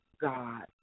God